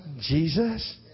Jesus